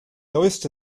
oeste